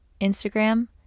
Instagram